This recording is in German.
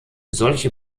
solche